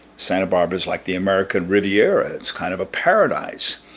santa barbara is like the american riviera. it's kind of a paradise.